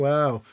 Wow